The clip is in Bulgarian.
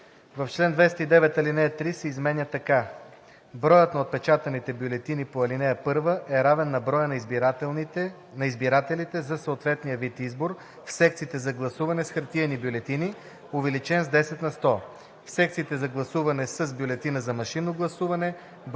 В чл. 209 ал. 3 се изменя така: ,,(3) Броят на отпечатаните бюлетини по ал. 1 е равен на броя на избирателите за съответния вид избор в секциите за гласуване с хартиени бюлетини, увеличен с 10 на сто. В секциите за гласуване с бюлетина за машинно гласуване